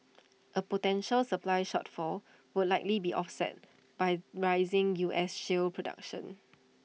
A potential supply shortfall would likely be offset by rising U S shale production